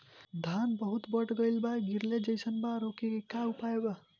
धान बहुत बढ़ गईल बा गिरले जईसन बा रोके क का उपाय बा?